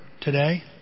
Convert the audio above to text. today